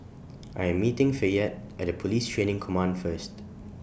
I Am meeting Fayette At Police Training Command First